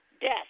death